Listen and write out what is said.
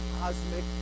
cosmic